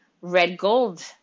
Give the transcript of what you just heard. red-gold